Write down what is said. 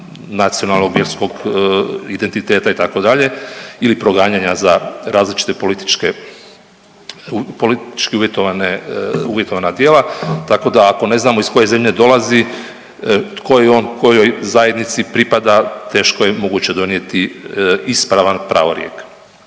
nacionalnog, vjerskog identiteta itd. ili proganjanja za različite politički uvjetovana djela, tako da ako ne znamo iz koje zemlje dolazi tko je on, kojoj zajednici pripada teško je moguće donijeti ispravan pravorijek.